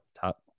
top